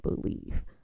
believe